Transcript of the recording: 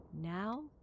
Now